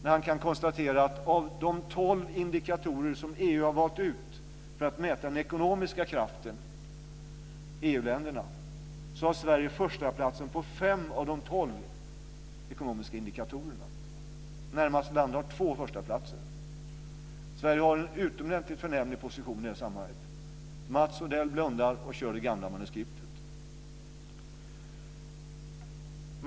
Man kan nämligen konstatera att av de tolv indikatorer som EU har valt ut för att mäta den ekonomiska kraften i EU-länderna har Sverige förstaplatsen på fem av de tolv ekonomiska indikatorerna. Närmaste land har två förstaplatser. Sverige har en utomordentligt förnämlig position i det sammanhanget. Mats Odell blundar och kör det gamla manuskriptet.